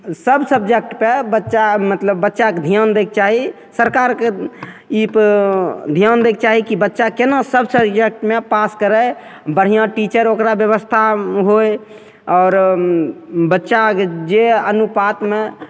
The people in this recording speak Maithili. सब सब्जेक्टके बच्चा मतलब बच्चाके मतलब धिआन दैके चाही सरकारके ई धिआन दैके चाही कि बच्चा कोना सब सब्जेक्टमे पास करै बढ़िआँसँ टीचर ओकरा बेबस्था होइ आओर बच्चा जे अनुपातमे